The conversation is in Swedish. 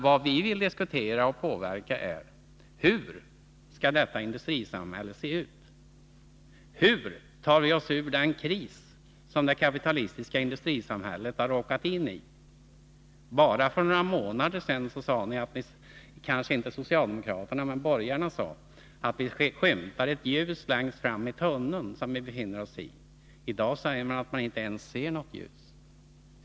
Vi vill diskutera hur detta industrisamhälle skall se ut. Hur, frågar vi oss, skall vi kunna ta oss ur den kris som det kapitalistiska industrisamhället har råkat in i? Bara för några månader sedan sade borgarna att de skymtade ett ljus längst fram i tunneln. I dag säger man att man inte ser något ljus.